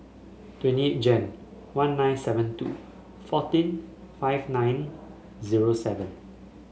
twenty eight Jan one nine seven two fourteen five nine zero seven